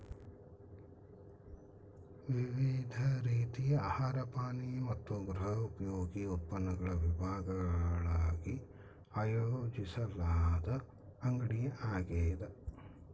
ವಿವಿಧ ರೀತಿಯ ಆಹಾರ ಪಾನೀಯ ಮತ್ತು ಗೃಹೋಪಯೋಗಿ ಉತ್ಪನ್ನಗಳ ವಿಭಾಗಗಳಾಗಿ ಆಯೋಜಿಸಲಾದ ಅಂಗಡಿಯಾಗ್ಯದ